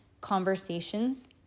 conversations